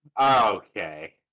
Okay